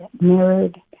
mirrored